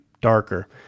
darker